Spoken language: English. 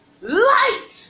Light